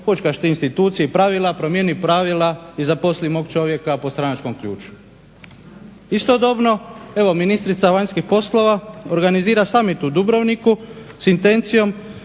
fućkaš ti institucije i pravila, promijeni pravila i zaposli mog čovjeka po stranačkom ključu. Istodobno evo ministrica vanjskih poslova organizira summit u Dubrovniku s intencijom